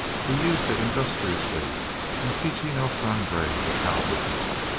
he used it industriously in teaching el sangre the cow business.